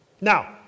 Now